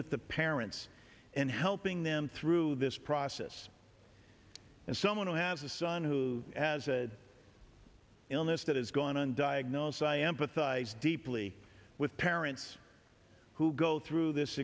with the parents and helping them through this process and someone who has a son who has a illness that has gone on diagnosis i empathize deeply with parents who go through this